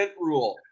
rule